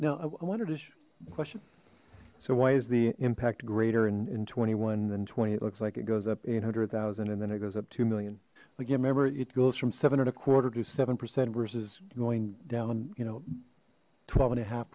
now i wonder this question so why is the impact greater in twenty one than twenty it looks like it goes up eight hundred thousand and then it goes up two million like you remember it goes from seven and a quarter to seven percent versus going down you know twelve and a half